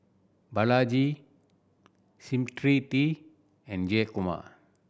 Balaji Smriti and Jayakumar